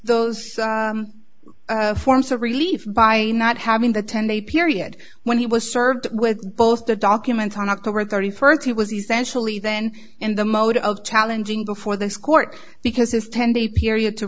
those forms of relief by not having the ten day period when he was served with both the document on october thirty first he was essentially then in the mode of challenging before this court because his ten day period to